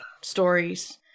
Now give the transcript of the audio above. stories